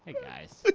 guys. like